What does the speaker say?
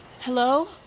Hello